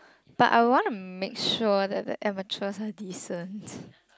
but I will wanna make sure that the amateurs are decent